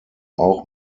auch